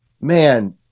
man